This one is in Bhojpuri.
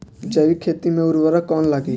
जैविक खेती मे उर्वरक कौन लागी?